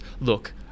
look